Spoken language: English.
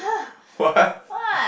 what